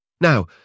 Now